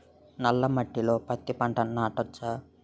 నల్ల మట్టిలో పత్తి పంట నాటచ్చా?